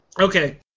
Okay